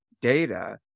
data